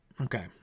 Okay